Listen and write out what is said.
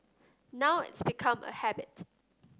now it's become a habit